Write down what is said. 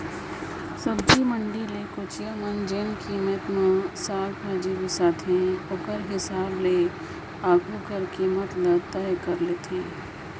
सब्जी मंडी ले कोचिया मन जेन कीमेत ले साग भाजी बिसाथे ओकर हिसाब ले आघु कर कीमेत हर तय होए गइस